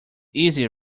easy